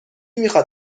میخاد